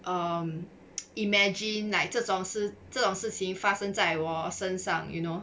um imagine like 这种事这种事情发生在我身上 you know